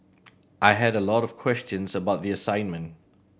I had a lot of questions about the assignment